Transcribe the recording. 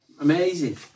Amazing